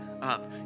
up